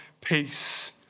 peace